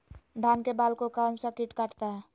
धान के बाल को कौन सा किट काटता है?